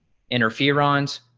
interference,